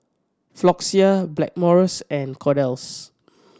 Floxia Blackmores and Kordel's